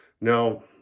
Now